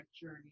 journey